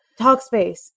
Talkspace